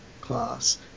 class